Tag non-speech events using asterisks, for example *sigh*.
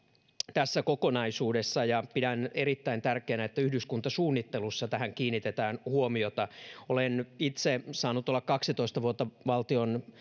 tässä kokonaisuudessa ja pidän erittäin tärkeänä että yhdyskuntasuunnittelussa tähän kiinnitetään huomiota olen itse saanut olla kaksitoista vuotta valtion *unintelligible*